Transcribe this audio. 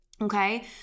okay